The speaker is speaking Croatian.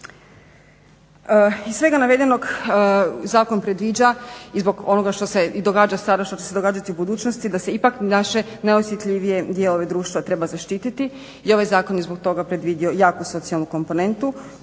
Iz svega navedenog zakon predviđa, i zbog onoga što se i događa sada i što će se događati u budućnosti, da se ipak naše najosjetljivije dijelove društva treba zaštiti i ovaj zakon je zbog toga predvidio jaku socijalnu komponentu